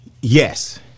Yes